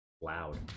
Loud